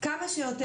כמה שיותר.